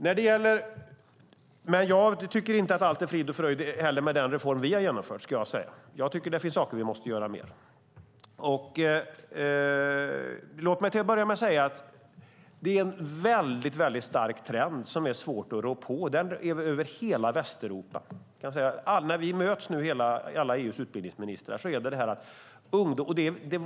Jag tycker inte heller att allt är frid och fröjd med den reform som vi har genomfört. Det finns saker vi måste göra mer. Låt mig till att börja med säga att det är en väldigt stark trend som är svårt att rå på. Den är över hela Västeuropa. Det ser vi när vi möts alla EU:s utbildningsministrar.